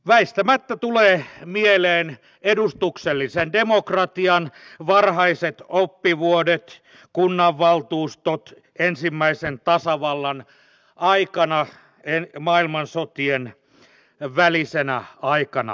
väistämättä tulevat mieleen edustuksellisen demokratian varhaiset oppivuodet kunnanvaltuustot ensimmäisen tasavallan aikana maailmansotien välisenä aikana